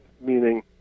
meaning